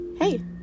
hey